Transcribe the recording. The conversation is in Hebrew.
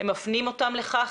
הם מפנים אותם לכך.